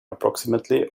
approximately